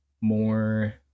more